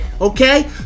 okay